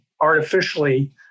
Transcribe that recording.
artificially